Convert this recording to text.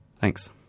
thanks